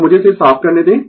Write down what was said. तो मुझे इसे साफ करने दें